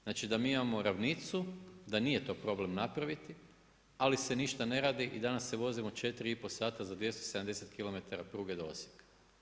Znači da mi imamo ravnicu, da nije to problem napraviti, ali se ništa ne radi i danas se vozimo 4,5 sata, za 270km pruge do Osijeka.